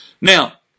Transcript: Now